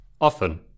Often